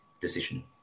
decision